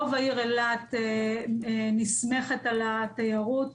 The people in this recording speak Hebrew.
רוב העיר אילת נסמכת על התיירות.